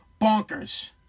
bonkers